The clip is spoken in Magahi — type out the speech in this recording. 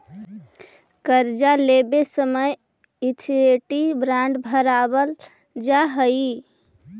कर्जा लेवे समय श्योरिटी बॉण्ड भरवावल जा हई